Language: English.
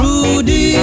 Rudy